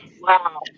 wow